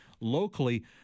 locally